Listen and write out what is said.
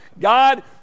God